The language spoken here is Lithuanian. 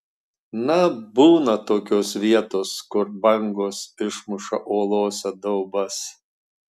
na būna tokios vietos kur bangos išmuša uolose daubas